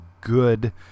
good